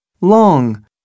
Long